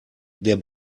der